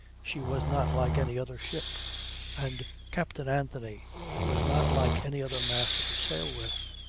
she was not like any other ship and captain anthony was not like any other master to sail with.